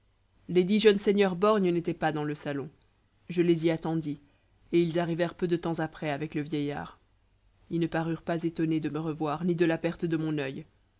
les dix jeunes seigneurs borgnes n'étaient pas dans le salon je les y attendis et ils arrivèrent peu de temps après avec le vieillard ils ne parurent pas étonnés de me revoir ni de la perte de mon oeil